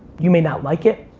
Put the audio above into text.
you may not like it.